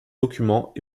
documents